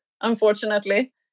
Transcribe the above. unfortunately